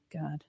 God